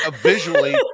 visually